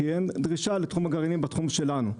כי אין דרישה לתחום הגרעינים בתחום שלנו.